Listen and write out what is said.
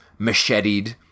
macheted